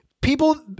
People